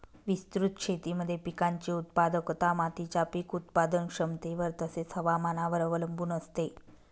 विस्तृत शेतीमध्ये पिकाची उत्पादकता मातीच्या पीक उत्पादन क्षमतेवर तसेच, हवामानावर अवलंबून असते